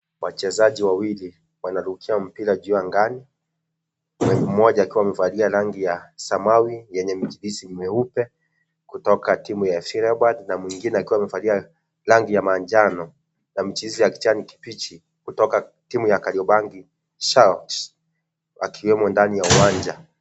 Wachezaji wawili wanarukia mpira juu angani mmoja akiwa amevalia rangi ya samawi yenye michirizi ya rangi nyeupe kutoka timu ya FC Leopards na mwingine akiwa amevalia rangi ya manjano na michirizi ya kijani kibichi kutoka timu ya Kariobangi Sharks wakiwemo ndani ya uwanja.